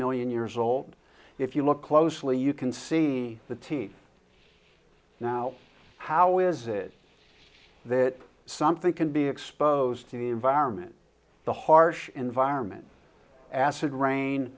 million years old if you look closely you can see the teeth now how is it that something can be exposed to the environment the harsh environment acid rain